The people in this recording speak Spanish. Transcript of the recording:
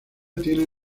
tiene